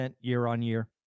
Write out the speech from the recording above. year-on-year